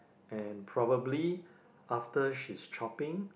and probably after she's chopping